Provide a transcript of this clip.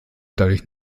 dadurch